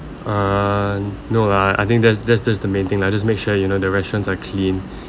uh no lah I think that's that's that's the main thing lah just make sure you know the restaurants are clean